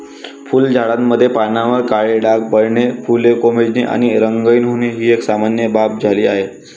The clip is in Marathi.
फुलझाडांमध्ये पानांवर काळे डाग पडणे, फुले कोमेजणे आणि रंगहीन होणे ही सामान्य बाब झाली आहे